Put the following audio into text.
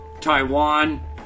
Taiwan